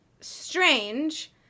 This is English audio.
strange